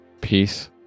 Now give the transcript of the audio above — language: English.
Peace